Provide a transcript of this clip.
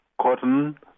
cotton